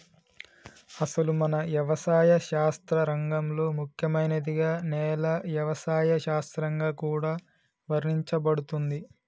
అసలు మన యవసాయ శాస్త్ర రంగంలో ముఖ్యమైనదిగా నేల యవసాయ శాస్త్రంగా కూడా వర్ణించబడుతుంది